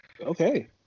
Okay